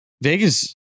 Vegas